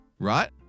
right